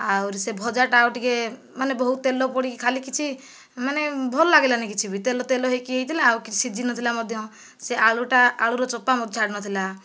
ଆହୁରି ସେ ଭଜାଟା ଆଉ ଟିକେ ମାନେ ବହୁତ ତେଲ ପଡ଼ିକି ଖାଲି କିଛି ମାନେ ଭଲ ଲାଗିଲାନି କିଛି ବି ତେଲ ତେଲ ହେଇକି ହେଇଥିଲା ଆଉ କିଛି ସିଝି ନଥିଲା ମଧ୍ୟ ସେ ଆଳୁଟା ଆଳୁର ଚୋପା ମଧ୍ୟ ଛାଡ଼ି ନଥିଲା